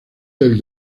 del